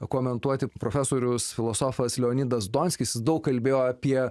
komentuoti profesorius filosofas leonidas donskis daug kalbėjo apie